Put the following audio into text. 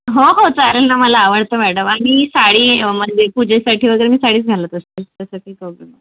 हो हो चालेल ना मला आवडता मॅडम आणि साडी म्हणजे पूजेसाठी वगैरे मी साडी घालत असते तसं काही प्रॉब्लेम नाही